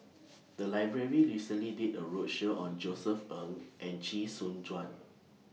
The Library recently did A roadshow on Josef Ng and Chee Soon Juan